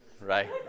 Right